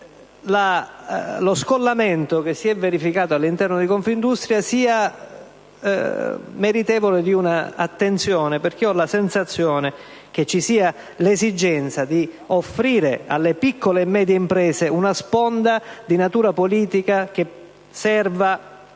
lo scollamento che si è verificato all'interno di Confindustria sia meritevole di attenzione. Ho la sensazione, infatti, che ci sia l'esigenza di offrire alle piccole e medie imprese una sponda di natura politica necessaria